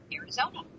Arizona